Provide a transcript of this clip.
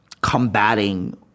combating